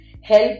help